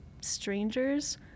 strangers